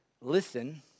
listen